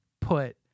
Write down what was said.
put